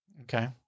Okay